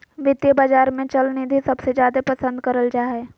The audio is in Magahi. वित्तीय बाजार मे चल निधि सबसे जादे पसन्द करल जा हय